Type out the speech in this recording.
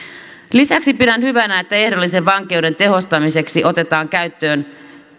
lisäksi pidän hyvänä että ehdollisen vankeuden tehostamiseksi otetaan käyttöön